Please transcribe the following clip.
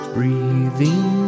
Breathing